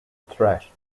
threat